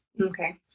Okay